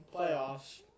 playoffs